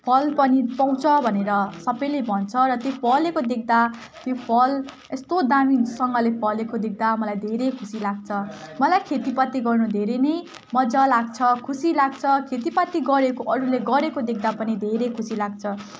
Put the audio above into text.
फल पनि पाउँछ भनेर सबैले भन्छ र त्यो फलेको देख्दा त्यो फल यस्तो दामीसँगले फलेको देख्दा मलाई धेरै खुसी लाग्छ मलाई खेतीपाती गर्नु धेरै नै मजा लाग्छ खुसी लाग्छ खेतीपाती गरेको अरूले गरेको देख्दा पनि धेरै खुसी लाग्छ